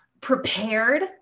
prepared